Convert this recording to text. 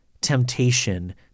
temptation